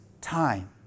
time